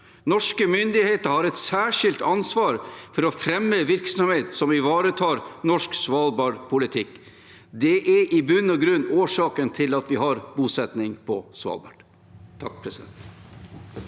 Norske myndigheter har et særskilt ansvar for å fremme virksomhet som ivaretar norsk svalbardpolitikk. Det er i bunn og grunn årsaken til at vi har bosetning på Svalbard. Marius Arion